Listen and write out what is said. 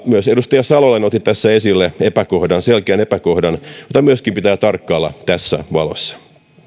myös edustaja salolainen otti tässä esille selkeän epäkohdan jota myöskin pitää tarkkailla tässä valossa